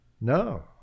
No